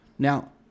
Now